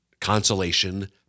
consolation